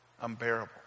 unbearable